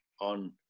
on